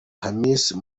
hamisa